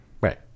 Right